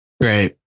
Great